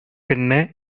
கென்ன